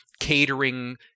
catering